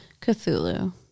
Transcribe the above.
Cthulhu